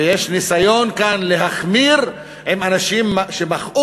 ויש ניסיון כאן להחמיר עם אנשים שמחאו